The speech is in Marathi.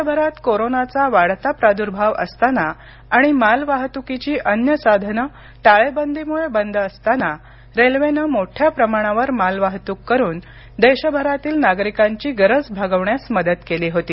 देशभर कोरोनाचा वाढता प्रादुर्भाव असताना आणि मालवाहतुकीची अन्य साधनं टाळेबंदीमुळे बंद असताना रेल्वेनं मोठ्या प्रमाणावर मालवाहतूक करुन देशभरातील नागरिकांची गरज भागवण्यास मदत केली होती